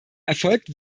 erfolgt